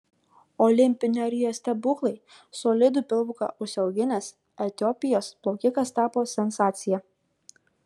olimpinio rio stebuklai solidų pilvuką užsiauginęs etiopijos plaukikas tapo sensacija